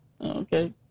Okay